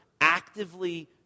actively